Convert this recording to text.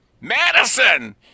Madison